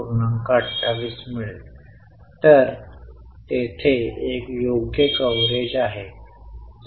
operating उपक्रम एक सकारात्मक आकृती आहे हे एक चांगले चिन्ह आहे का